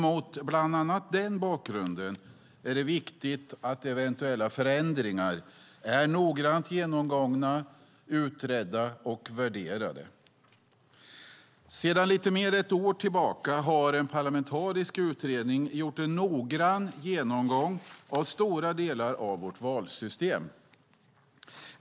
Mot bland annat den bakgrunden är det viktigt att eventuella förändringar är noggrant genomgångna, utredda och värderade. Sedan lite mer än ett år tillbaka har en parlamentarisk utredning gjort en noggrann genomgång av stora delar av vårt valsystem.